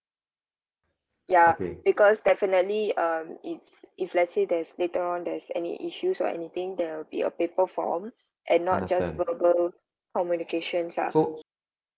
ya because definitely um it's if let's say there's later on there's any issues or anything there'll be a paper form and not just verbal communications lah